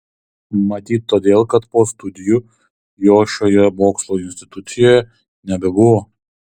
matyt todėl kad po studijų jo šioje mokslo institucijoje nebebuvo